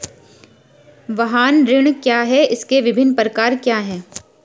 वाहन ऋण क्या है इसके विभिन्न प्रकार क्या क्या हैं?